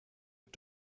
mit